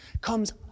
comes